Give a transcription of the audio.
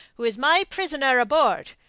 who is my prisoner aboard.